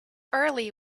early